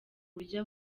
buryo